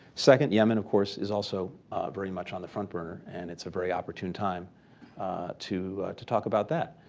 second, yemen of course is also very much on the front burner. and it's a very opportune time to to talk about that.